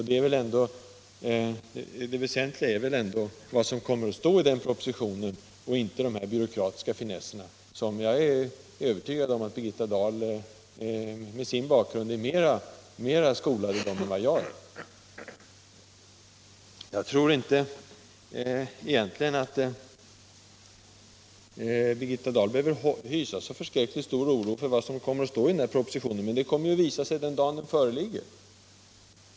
Det väsentliga är vad som kommer att stå i den propositionen och inte dessa byråkratiska finesser, som jag är övertygad om att Birgitta Dahl med sin bakgrund är mer skolad i än vad jag är. Jag tror inte att Birgitta Dahl behöver hysa så stor oro för vad som kommer att stå i propositionen. Det visar sig den dag propositionen föreligger.